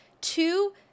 Two